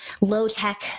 low-tech